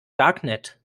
darknet